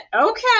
Okay